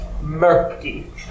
Murky